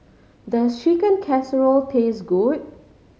does Chicken Casserole taste good